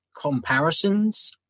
comparisons